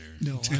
No